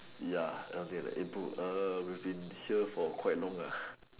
ya I'm dead man eh bro err we have been here for quite long ah